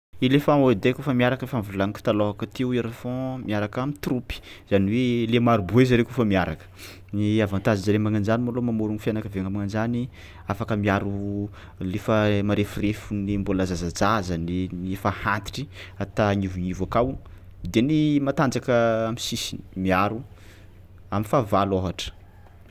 Eléphant ôdy e kaofa miaraka efa volagniko talôhaka teo hoe éléphant miaraka am'tropy zany hoe le maroboe zare kaofa miaraka ny avantagen-jare magnan-jany malôha mamory ny fianakaviàgna magnan-jany afaka miaro le efa mareforefo ny mbôla zazajazany ny efa antitry ata angnivognivo akao de ny matanjaka am'sisiny miaro am'fahavalo ôhatra.